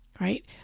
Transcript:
right